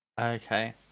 Okay